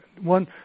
one